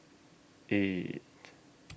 eight